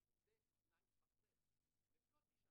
ניתוח מילה זה כלי הגנה